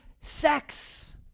sex